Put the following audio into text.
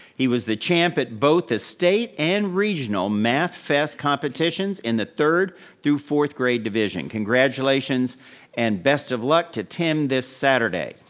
he was the champ at both the state and regional math fest competitions in the third through fourth grade division. congratulations and best of luck to tim this saturday.